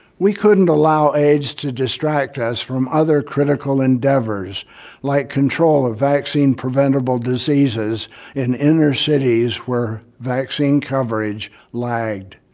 we couldn't allow aids to distract us from other critical endeavors like control of vaccine preventable diseases in inner cities where vaccine coverage lagged.